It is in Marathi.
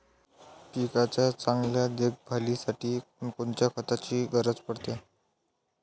पिकाच्या चांगल्या देखभालीसाठी कोनकोनच्या खताची गरज पडते?